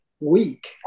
week